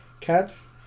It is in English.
Cats